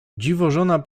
dziwożona